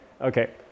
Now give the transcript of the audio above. Okay